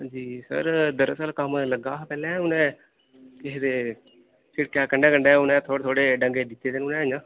हां जी सर दरअसल कम्म अजें लग्गा हा पैह्लें उ'नें केह् आखदे शिड़कै दे कंढै कंढै उ'नें थोह्ड़े थोह्ड़े डंगे दित्ते दे